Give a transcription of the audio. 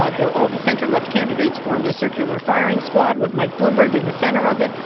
ah the all the center-left candidates formed a circular firing squad with mike bloomberg in the center of it.